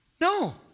No